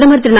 பிரதமர் திரு